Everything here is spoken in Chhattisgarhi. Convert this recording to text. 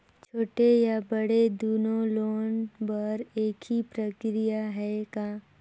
छोटे या बड़े दुनो लोन बर एक ही प्रक्रिया है का?